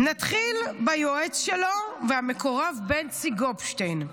נתחיל ביועץ שלו והמקורב בנצי גופשטיין,